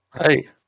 Hey